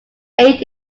ate